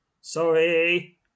Sorry